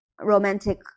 romantic